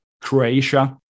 Croatia